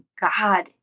God